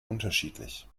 unterschiedlich